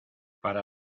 para